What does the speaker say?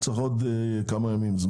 הם אומרים שצריך עוד כמה ימים.